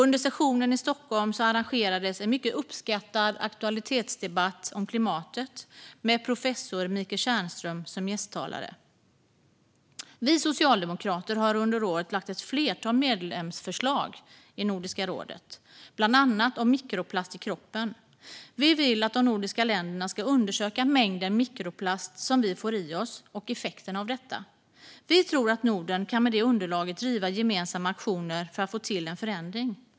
Under sessionen i Stockholm arrangerades en mycket uppskattad aktualitetsdebatt om klimatet med professor Michael Tjernström som gästtalare. Vi socialdemokrater har under året lagt fram ett flertal medlemsförslag i Nordiska rådet, bland annat om mikroplast i kroppen. Vi vill att de nordiska länderna ska undersöka mängden mikroplast som vi får i oss och effekterna av detta. Vi tror att Norden med det underlaget kan driva gemensamma aktioner för att få till en förändring.